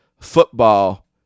football